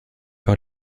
par